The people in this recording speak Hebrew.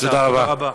תודה רבה.